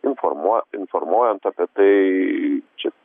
informuo informuojant apie tai čia